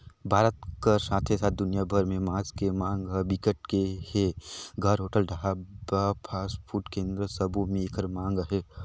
भारत कर साथे साथ दुनिया भर में मांस के मांग ह बिकट के हे, घर, होटल, ढाबा, फास्टफूड केन्द्र सबो में एकर मांग अहे